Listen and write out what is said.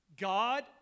God